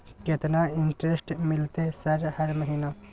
केतना इंटेरेस्ट मिलते सर हर महीना?